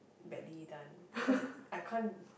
badly done cause I can't